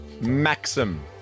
Maxim